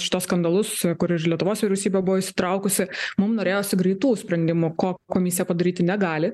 šituos skandalus kur ir lietuvos vyriausybė buvo įsitraukusi mum norėjosi greitų sprendimų ko komisija padaryti negali